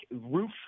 roof